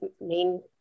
main